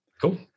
Cool